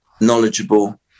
knowledgeable